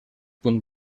punt